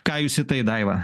ką jūs į tai daiva